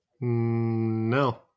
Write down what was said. No